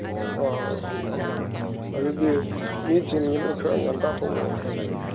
ꯑꯣ ꯑꯣ ꯑꯣ ꯑꯗꯨꯗꯤ ꯃꯤ ꯆꯤꯟꯒꯅꯤ ꯈꯔ ꯉꯟꯇꯥ ꯊꯣꯛꯂꯛꯑꯣ ꯏꯇꯥꯎ